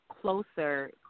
closer